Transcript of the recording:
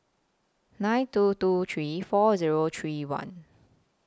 nine two two three four Zero three one